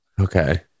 Okay